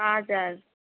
हजुर